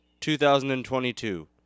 2022